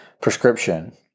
prescription